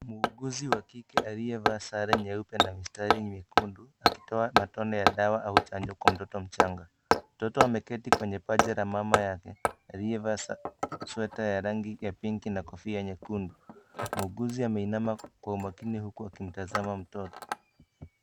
Muuguzi wa kike aliye vaa sare nyeupe na mistari nyekundu akitoa matone ya dawa au chanjo kwa mtoto mchanga. Mtoto ameketi kwenye paja la mama yake alivaa sewta ya rangi ya pinki na kofia nyekundu. Muuguzi ameinama kwa makini huku akitazama mtoto